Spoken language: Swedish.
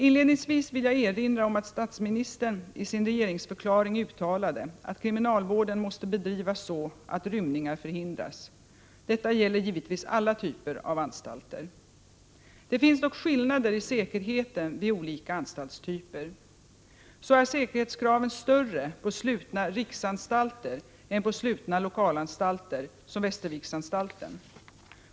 Inledningsvis vill jag erinra om att statsministern i sin regeringsförklaring uttalat att kriminalvården måste bedrivas så att rymningar förhindras. Detta gäller givetvis alla typer av anstalter. Det finns dock skillnader i säkerheten vid olika anstaltstyper. Så är säkerhetskraven större på slutna riksanstalter än på slutna lokalanstalter som Västerviksanstalten.